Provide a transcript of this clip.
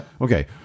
okay